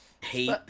hate